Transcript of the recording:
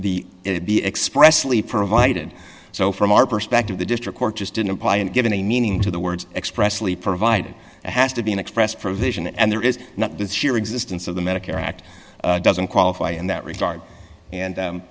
the it be expressly provided so from our perspective the district court just didn't apply and given a meaning to the words expressly provided has to be an express provision and there is not the sheer existence of the medicare act doesn't qualify in that regard and